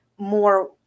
more